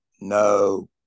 no